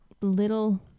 little